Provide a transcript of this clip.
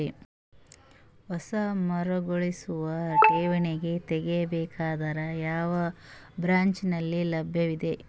ಹೊಸ ಮರುಕಳಿಸುವ ಠೇವಣಿ ತೇಗಿ ಬೇಕಾದರ ಯಾವ ಬ್ರಾಂಚ್ ನಲ್ಲಿ ಲಭ್ಯವಿದೆ?